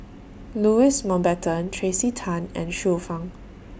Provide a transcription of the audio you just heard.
Louis Mountbatten Tracey Tan and Xiu Fang